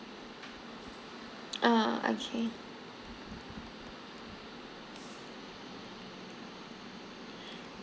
ah okay